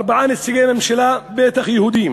ארבעה נציגי הממשלה, בטח יהודים,